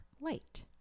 light